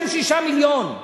פוסל, אני לא פוסל שום 6 מיליון.